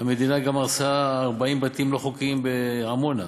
המדינה גם הרסה 40 בתים לא חוקיים בעמונה.